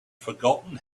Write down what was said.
forgotten